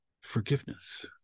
forgiveness